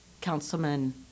Councilman